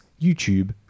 YouTube